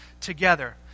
together